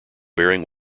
bearing